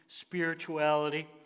spirituality